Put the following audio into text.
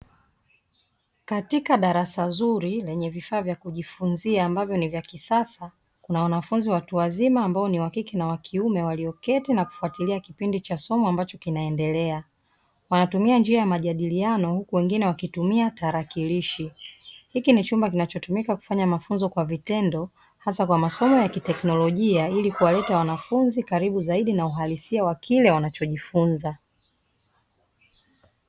Katika darasa zuri lenye vifaa vya kujifunzia ambavyo ni vya kisasa, kuna wanafunzi watu wazima ambao ni wa kike na wa kiume walioketi na kufatilia kipindi cha somo ambacho kinaendelea. Wanatumia njia ya majadiliano huku wengine wakitumia tarakilishi; hiki ni chumba kinachotumika kufanya mafunzo kwa vitendo hasa kwa masomo ya kiteknolojia ili kuwaleta wanafunzi karibu zaidi na uhalisia wa kile wanachojifunza